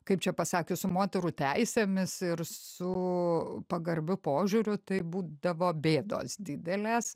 kaip čia pasakius su moterų teisėmis ir su pagarbiu požiūriu tai būdavo bėdos didelės